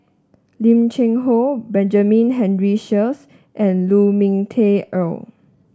Lim Cheng Hoe Benjamin Henry Sheares and Lu Ming Teh Earl